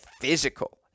physical